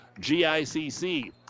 GICC